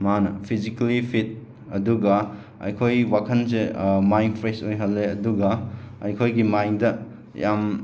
ꯃꯥꯟꯅ physically fit ꯑꯗꯨꯒ ꯑꯩꯈꯣꯏ ꯋꯥꯈꯟꯁꯦ ꯃꯥꯏꯟ ꯐ꯭ꯔꯦꯁ ꯑꯣꯏꯍꯜꯂꯦ ꯑꯗꯨꯒ ꯑꯩꯈꯣꯏꯒꯤ ꯃꯥꯏꯟꯗ ꯌꯥꯝ